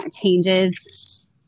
changes